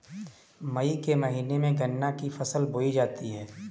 मई के महीने में गन्ना की फसल बोई जाती है